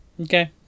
okay